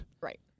Right